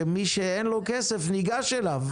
או מי שאין לו כסף ניגש אליו.